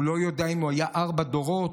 אני לא יודע אם הוא היה ארבעה דורות,